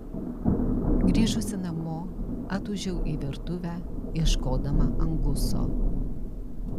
grįžusi namo atūžiau į virtuvę ieškodama anguso